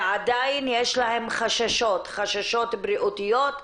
ועדיין יש להם חששות - חששות בריאותיות,